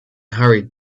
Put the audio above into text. hurried